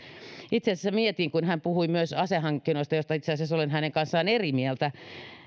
itse asiassa mietin kun hän puhui myös asehankinnoista joista itse asiassa olen hänen kanssaan eri mieltä